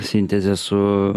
sintezę su